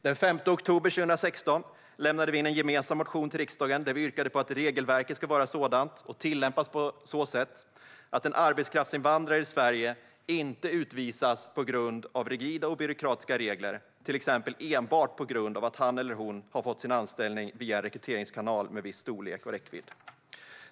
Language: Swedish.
Den 5 oktober 2016 lämnade vi in en gemensam motion till riksdagen där vi yrkade på att regelverket ska vara sådant - och tillämpas på så sätt - att en arbetskraftsinvandrare i Sverige inte utvisas på grund av rigida och byråkratiska regler, till exempel enbart på grund av att han eller hon har fått sin anställning via en rekryteringskanal med viss storlek och räckvidd.